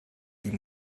die